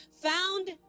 found